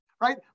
right